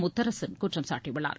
முத்தரசன் குற்றம் சாட்டியுள்ளார்